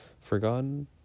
forgotten